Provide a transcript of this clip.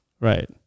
Right